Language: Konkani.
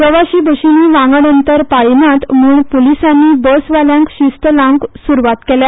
प्रवासी बसीनी वांगड अंतर पाळीनात म्हण पुलिसानी बसवाल्यांक शिस्त लावंक सुरवात केल्या